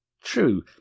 True